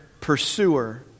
pursuer